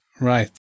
right